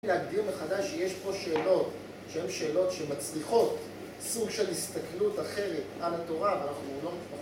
להגדיר מחדש, שיש פה שאלות, שהן שאלות שמצריכות סוג של הסתכלות אחרת על התורה, אבל אנחנו לא...